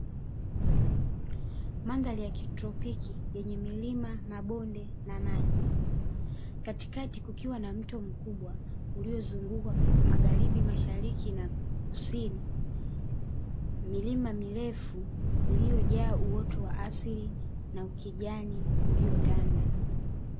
Mandhari yakitropiki yenye milima, mabonde na maji katikati kukiwa na mto mkubwa uliozunguka magharibi, mashariki na kusini, milima mirefu iliyojaa uoto wa asili na ukijani uliotanda.